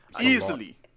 Easily